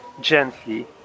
gently